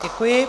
Děkuji.